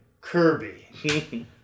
Kirby